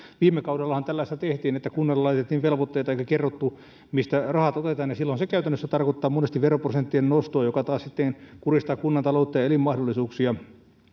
viime kaudellahan tällaista tehtiin että kunnille laitettiin velvoitteita eikä kerrottu mistä rahat otetaan ja silloin se käytännössä tarkoittaa monesti veroprosenttien nostoa joka taas sitten kurjistaa kunnan taloutta ja elinmahdollisuuksia